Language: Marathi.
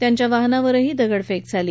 त्यांच्या वाहनावरही दगडफेक झाली